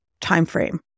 timeframe